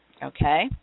Okay